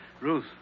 Ruth